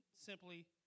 simply